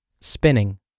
spinning